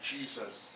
Jesus